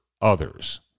others